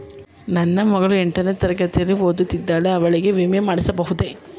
ನನ್ನ ಮಗಳು ಎಂಟನೇ ತರಗತಿಯಲ್ಲಿ ಓದುತ್ತಿದ್ದಾಳೆ ಅವಳಿಗೆ ವಿಮೆ ಮಾಡಿಸಬಹುದೇ?